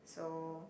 so